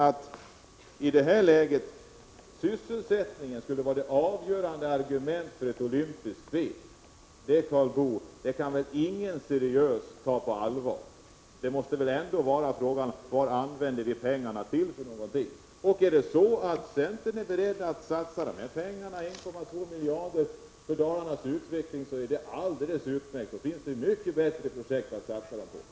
Att sysselsättningen skulle vara det avgörande argumentet för ett olympiskt spel kan ingen seriös bedömare ta på allvar. Man måste väl ställa frågan vad det är vi använder pengarna till. Är centern beredd att satsa 1,2 miljarder på Dalarnas utveckling, så är det alldeles utmärkt. Men då finns det mycket bättre projekt att satsa dessa pengar på.